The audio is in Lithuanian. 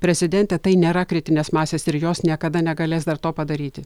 prezidentė tai nėra kritinės masės ir jos niekada negalės dar to padaryti